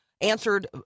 answered